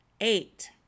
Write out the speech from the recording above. Eight